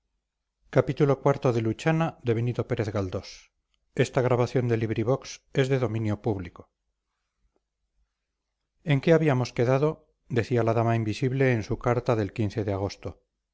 en qué habíamos quedado decía la dama invisible en su carta del de agosto